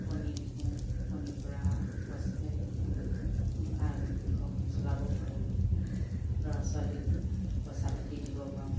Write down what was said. কণী বিকোঁ কণীৰ পৰা ঘৰখন চলাব পাৰোঁ ল'ৰা ছোৱালীক পইচা পাতি দিব পাৰোঁ